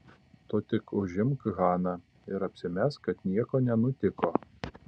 tu tik užimk haną ir apsimesk kad nieko nenutiko